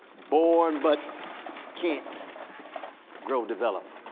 born but can't grow, develop,